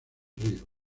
ríos